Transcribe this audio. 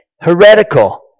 heretical